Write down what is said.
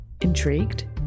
Intrigued